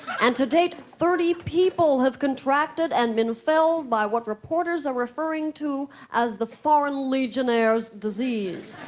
and to date, thirty people have contracted and been felled by what reporters are referring to as the foreign legionnaire's disease.